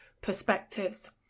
perspectives